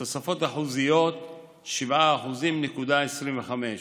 תוספות אחוזיות, 7.25%;